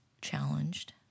challenged